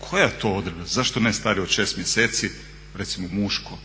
Koja je to odredba, zašto ne stariji od 6 mjeseci recimo muško,